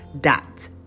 dot